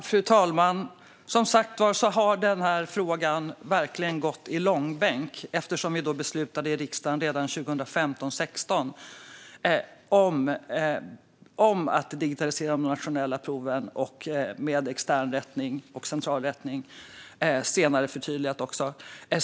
Fru talman! Den här frågan har som sagt var verkligen dragits i långbänk, eftersom vi redan 2015/16 här i riksdagen beslutade om en digitalisering av de nationella proven med extern, central rättning, senare förtydligat.